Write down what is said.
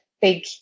big